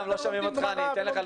לא שומעים אותך יותם.